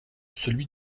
celui